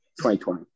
2020